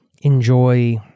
enjoy